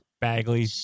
Bagley